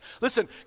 Listen